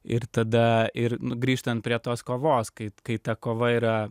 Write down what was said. ir tada ir grįžtant prie tos kovos kaip kai ta kova yra